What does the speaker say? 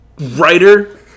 writer